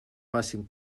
facin